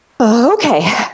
Okay